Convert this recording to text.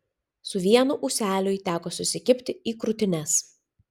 su vienu ūseliui teko susikibti į krūtines